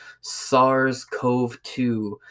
SARS-CoV-2